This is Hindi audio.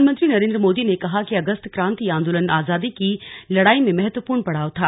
प्रधानमंत्री नरेन्द्र मोदी ने कहा कि अगस्त क्रांति आंदोलन आजादी की लड़ाई में महत्वपूर्ण पड़ाव था